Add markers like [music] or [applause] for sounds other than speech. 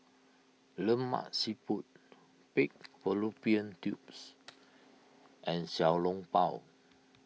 Lemak Siput Pig Fallopian Tubes [noise] and Xiao Long Bao